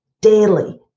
daily